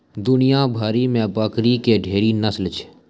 दुनिया भरि मे बकरी के ढेरी नस्ल छै